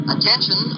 Attention